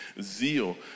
zeal